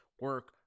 Work